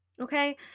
Okay